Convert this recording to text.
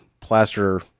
plaster